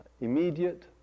immediate